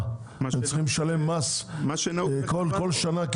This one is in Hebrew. הם צריכים לשלם מס בכל שנה?